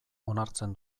onartzen